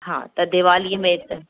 हा त दिवालीअ में